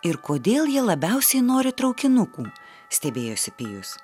ir kodėl ji labiausiai nori traukinukų stebėjosi pijus